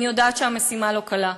אני יודעת שהמשימה לא קלה,